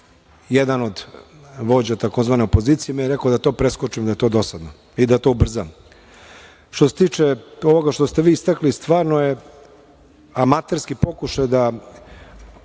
jedan od vođa tzv. opozicije mi je rekao da to preskočim, da je to dosadno i da to ubrzam. Što se tiče ovoga što ste vi istakli, stvarno je amaterski pokušaj da